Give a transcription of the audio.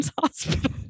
hospital